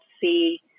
see